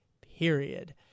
period